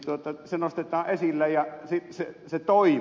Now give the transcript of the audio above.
se nostetaan esille ja se toimii